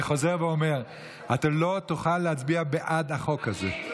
אני חוזר ואומר: אתה לא תוכל להצביע בעד החוק הזה.